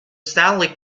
stanley